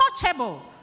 untouchable